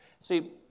See